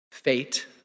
fate